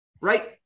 right